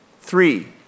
Three